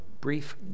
brief